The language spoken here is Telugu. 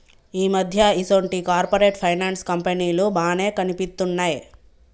ఈ మధ్య ఈసొంటి కార్పొరేట్ ఫైనాన్స్ కంపెనీలు బానే కనిపిత్తున్నయ్